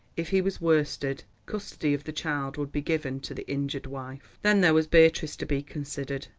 if he was worsted, custody of the child would be given to the injured wife. then there was beatrice to be considered.